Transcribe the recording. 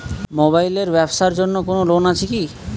Mobile এর ব্যাবসার জন্য কোন লোন আছে কি?